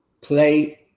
play